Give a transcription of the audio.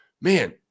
man